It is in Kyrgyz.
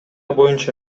боюнча